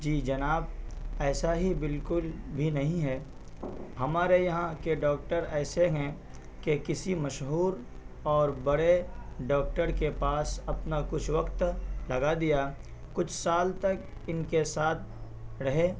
جی جناب ایسا ہی بالکل بھی نہیں ہے ہمارے یہاں کے ڈاکٹر ایسے ہیں کہ کسی مشہور اور بڑے ڈاکٹر کے پاس اپنا کچھ وقت لگا دیا کچھ سال تک ان کے ساتھ رہے